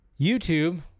YouTube